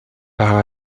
par